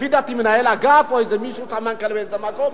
לפי דעתי מנהל אגף או איזה מישהו סמנכ"ל באיזה מקום.